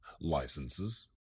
licenses